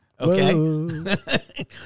okay